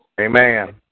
Amen